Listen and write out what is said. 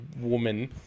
woman